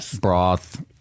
broth